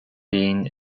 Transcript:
been